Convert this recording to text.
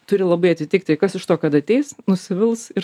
turi labai atitikti kas iš to kad ateis nusivils ir